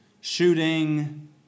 shooting